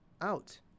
out